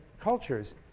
cultures